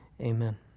amen